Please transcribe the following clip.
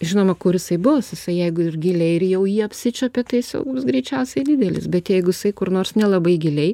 žinoma kur jisai bus jisai jeigu ir giliai ir jau jį apsičiuopė tai jis jau bus greičiausiai didelis bet jeigu jisai kur nors nelabai giliai